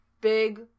big